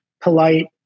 polite